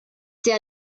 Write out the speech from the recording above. sehr